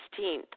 16th